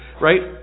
right